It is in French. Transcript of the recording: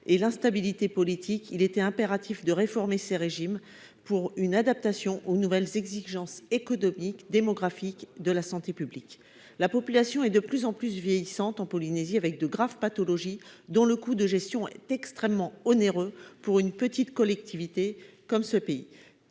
de l'instabilité politique, il était impératif de réformer ces régimes pour les adapter aux nouvelles exigences économiques, démographiques et de santé publique. La population de Polynésie française est de plus en plus vieillissante et touchée par de graves pathologies, dont le coût de gestion est extrêmement onéreux pour cette petite collectivité. Les